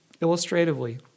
illustratively